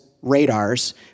radars